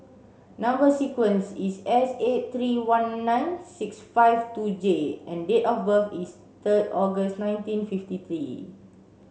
number sequence is S eight three one nine six five two J and date of birth is third August nineteen fifty three